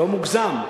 לא מוגזם.